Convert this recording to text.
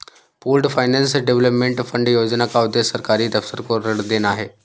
pooled finance development fund योजना का उद्देश्य सरकारी दफ्तर को ऋण देना है